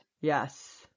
Yes